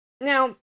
now